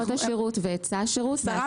הוא נוגע